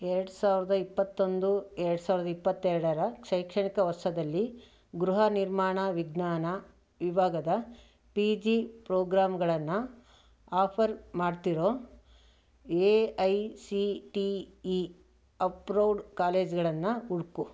ಎರಡು ಸಾವಿರದ ಇಪ್ಪತ್ತೊಂದು ಎರಡು ಸಾವಿರದ ಇಪ್ಪತ್ತೆರಡರ ಶೈಕ್ಷಣಿಕ ವರ್ಷದಲ್ಲಿ ಗೃಹನಿರ್ಮಾಣ ವಿಜ್ಞಾನ ವಿಭಾಗದ ಪಿ ಜಿ ಪ್ರೋಗ್ರಾಮ್ಗಳನ್ನು ಆಫರ್ ಮಾಡ್ತಿರೋ A I C T E approved ಕಾಲೇಜ್ಗಳನ್ನು ಹುಡುಕು